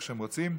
איך שהם רוצים: